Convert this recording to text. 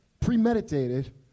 premeditated